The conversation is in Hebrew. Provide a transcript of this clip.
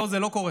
לא, זה לא קורה.